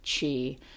chi